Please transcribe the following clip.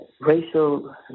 racial